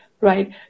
Right